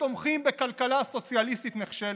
ותומכים בכלכלה סוציאליסטית נחשלת.